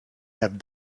have